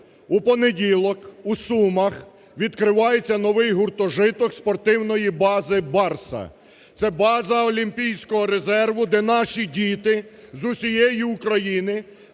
У понеділок у Сумах відкривається новий гуртожиток спортивної бази "Барса". Це база олімпійського резерву, де наші діти з усієї України